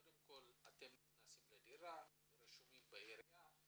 קודם כל אתם נכנסים לדירה ורשומים בעירייה,